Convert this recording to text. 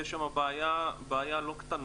ויש שם בעיה לא קטנה.